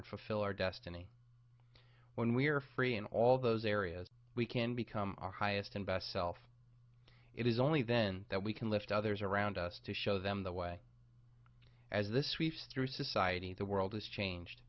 and fulfill our destiny when we are free in all those areas we can become our highest and best self it is only then that we can lift others around us to show them the way as this week's through society the world has changed